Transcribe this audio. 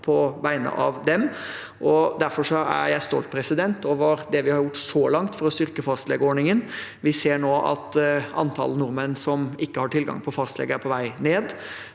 på vegne av dem. Derfor er jeg stolt over det vi har gjort så langt for å styrke fastlegeordningen. Vi ser nå at antall nordmenn som ikke har tilgang til fastleger, er på vei ned.